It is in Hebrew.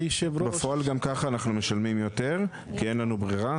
בפועל אנחנו גם ככה משלמים יותר כי אין לנו ברירה.